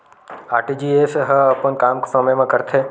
RTGS ह अपन काम समय मा करथे?